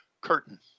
curtain